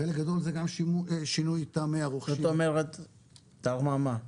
חלק גדול זה גם שינוי טעמי הרוכשים --- תרמה מה?